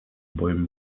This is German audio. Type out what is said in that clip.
bäumen